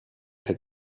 had